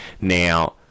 Now